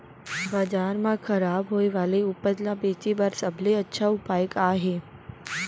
बाजार मा खराब होय वाले उपज ला बेचे बर सबसे अच्छा उपाय का हे?